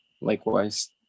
likewise